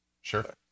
Sure